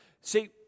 See